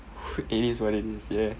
it is what it is yeah